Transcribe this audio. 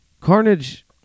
Carnage